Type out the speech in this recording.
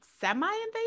semi-invasive